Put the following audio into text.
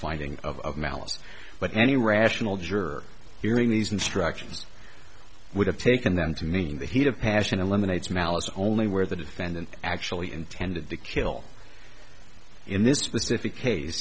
finding of malice but any rational ger hearing these instructions would have taken them to mean the heat of passion eliminates malice only where the defendant actually intended to kill in this specific case